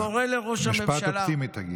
תגיד משפט אופטימי.